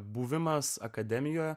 buvimas akademijoje